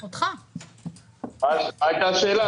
מה הייתה השאלה?